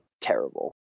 terrible